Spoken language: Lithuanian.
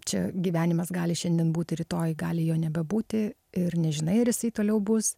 čia gyvenimas gali šiandien būti rytoj gali jo nebebūti ir nežinai ar jisai toliau bus